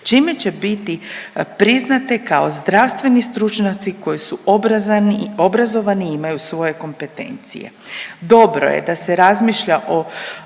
čime će biti priznate kao zdravstveni stručnjaci koji su obrazovani i imaju svoje kompetencije. Dobro je da se razmišlja o